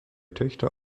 töchter